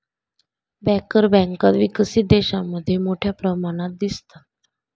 banker बँका विकसित देशांमध्ये मोठ्या प्रमाणात दिसतात